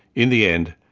in the end,